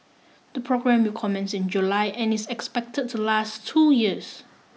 the programme will commence in July and is expect to last two years